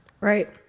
right